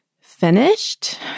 finished